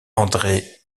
andré